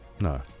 No